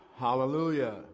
Hallelujah